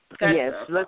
Yes